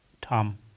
Tom